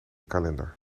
kalender